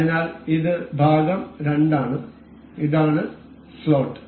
അതിനാൽ ഇത് ഭാഗം 2 ആണ് ഇതാണ് സ്ലോട്ട്